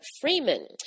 Freeman